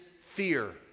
fear